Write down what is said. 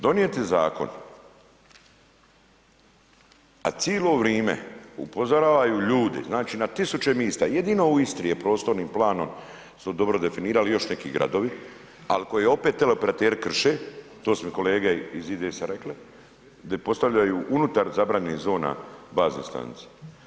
Donijeti Zakon, a cilo vrime upozoravaju ljudi, znači na tisuću mista, jedino u Istri je prostornim planom su dobro definirali, još neki gradovi, al' koji opet teleoperateri krše, to su mi kolege iz IDS-a rekli, gdje postavljaju unutar zabranjenih zona bazne stanice.